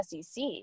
SEC